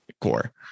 core